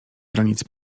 granic